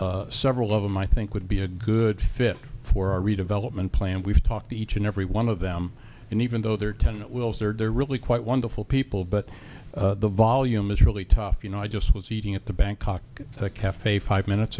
but several of them i think would be a good fit for our redevelopment plan we've talked to each and every one of them and even though there are ten wills they're really quite wonderful people but the volume is really tough you know i just was eating at the bangkok cafe five minutes